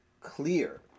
clear